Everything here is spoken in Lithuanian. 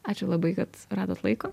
ačiū labai kad radot laiko